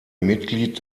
mitglied